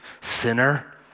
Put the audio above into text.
sinner